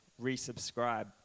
resubscribe